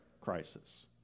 crisis